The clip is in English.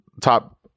top